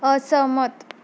असहमत